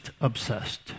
obsessed